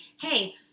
hey